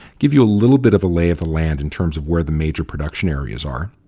give you a little bit of a lay of the land in terms of where the major production areas are,